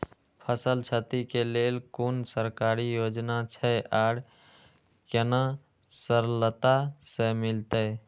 फसल छति के लेल कुन सरकारी योजना छै आर केना सरलता से मिलते?